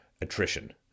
attrition